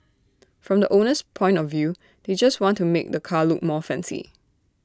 from the owner's point of view they just want to make the car look more fancy